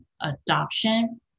adoption